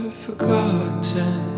forgotten